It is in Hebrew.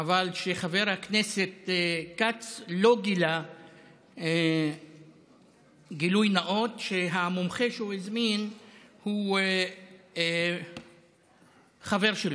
אבל חבר הכנסת כץ לא גילה גילוי נאות שהמומחה שהוא הזמין הוא חבר שלו,